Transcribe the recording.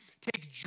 take